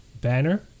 banner